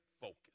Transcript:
focus